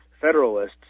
Federalists